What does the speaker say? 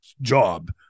job